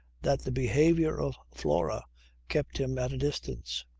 that the behaviour of flora kept him at a distance.